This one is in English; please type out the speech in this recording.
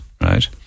right